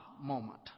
moment